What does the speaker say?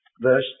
verse